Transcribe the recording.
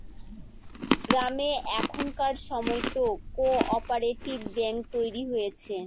গ্রামে এখনকার সময়তো কো অপারেটিভ ব্যাঙ্ক তৈরী হয়েছে